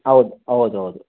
ಹೌದು ಹೌದೌದು